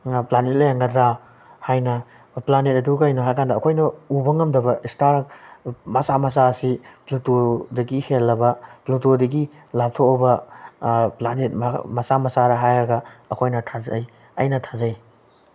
planet ꯂꯩꯔꯝꯒꯗ꯭ꯔꯥ ꯍꯥꯏꯅ planet ꯑꯗꯨ ꯀꯩꯅꯣ ꯍꯥꯏꯔ ꯀꯥꯟꯗ ꯑꯩꯈꯣꯏꯅ ꯎꯕ ꯉꯝꯗꯕ ꯏꯁꯇꯥꯔ ꯃꯆꯥ ꯃꯆꯥ ꯑꯁꯤ ꯄ꯭ꯂꯨꯇꯣꯗꯒꯤ ꯍꯦꯜꯂꯕ ꯄ꯭ꯂꯨꯇꯣꯗꯒꯤ ꯂꯥꯞꯊꯣꯛꯑꯕ ꯄ꯭ꯂꯥꯅꯦꯠ ꯃꯆꯥ ꯃꯆꯥꯔ ꯍꯥꯏꯔꯒ ꯑꯩꯈꯣꯏꯅ ꯊꯥꯖꯩ ꯑꯩꯅ ꯊꯥꯖꯩ